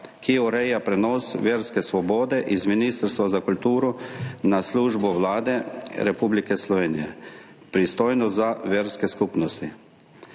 ki ureja prenos verske svobode iz Ministrstva za kulturo na službo Vlade Republike Slovenije, pristojno za verske skupnosti.